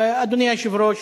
אדוני היושב-ראש,